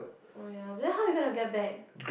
oh ya because how are you going to get back